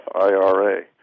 IRA